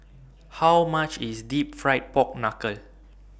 How much IS Deep Fried Pork Knuckle